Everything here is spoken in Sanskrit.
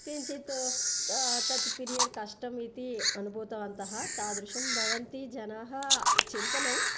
किञ्चित् तत् पीरियड् कष्टम् इति अनुभूतवन्तः तादृशं भवन्ति जनाः चिन्तनं